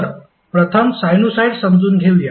तर प्रथम साइनुसॉईड समजून घेऊया